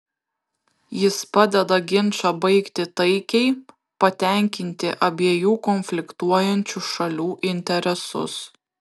jis padeda ginčą baigti taikiai patenkinti abiejų konfliktuojančių šalių interesus